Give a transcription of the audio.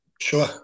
Sure